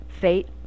fate